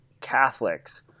Catholics